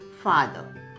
father